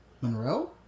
Monroe